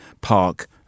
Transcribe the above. park